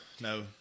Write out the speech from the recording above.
No